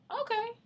okay